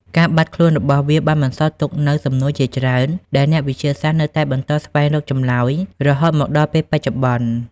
ការបាត់ខ្លួនរបស់វាបានបន្សល់ទុកនូវសំណួរជាច្រើនដែលអ្នកវិទ្យាសាស្ត្រនៅតែបន្តស្វែងរកចម្លើយរហូតមកដល់ពេលបច្ចុប្បន្ន។